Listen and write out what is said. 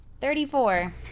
Thirty-four